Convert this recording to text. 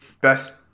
best